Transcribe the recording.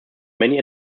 many